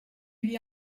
vit